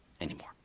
anymore